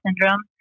syndrome